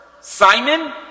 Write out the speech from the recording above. Simon